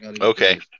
Okay